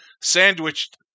sandwiched